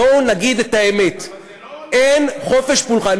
בואו נגיד את האמת: אבל זה, אין חופש פולחן.